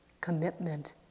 commitment